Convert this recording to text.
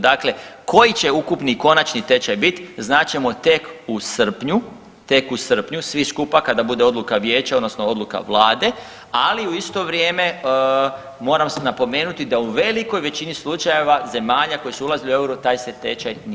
Dakle koji će ukupni konačni tečaj bit, znat ćemo tek u srpnju, tek u srpnju, svi skupa kada bude odluka vijeća, odnosno odluka Vlade, ali u isto vrijeme, moram se napomenuti da u velikoj većini slučajeva zemalja koje su ulazile u euro, taj se tečaj nije mijenjao.